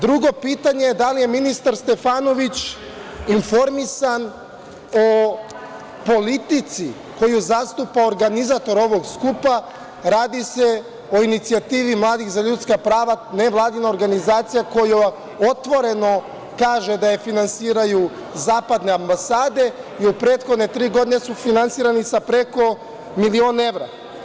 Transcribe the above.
Drugo pitanje, da li je ministar Stefanović informisan o politici koju zastupa organizator ovog skupa, radi se o Inicijativi mladih za ljudska prava, nevladina organizacija koja otvoreno kaže da je finansiraju zapadne ambasade i u prethodne tri godine su finansirani sa preko milion evra.